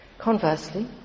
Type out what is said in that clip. Conversely